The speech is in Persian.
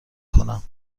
کنم